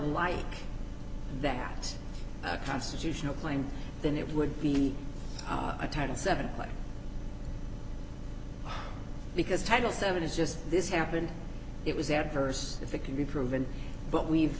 like that a constitutional claim than it would be a title seven because title seven is just this happened it was adverse if it can be proven but we've